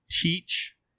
teach